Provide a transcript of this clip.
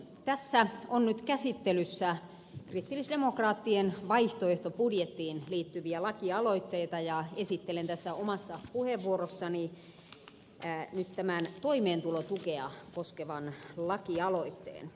tässä on nyt käsittelyssä kristillisdemokraattien vaihtoehtobudjettiin liittyviä lakialoitteita ja esittelen tässä omassa puheenvuorossani nyt toimeentulotukea koskevan lakialoitteen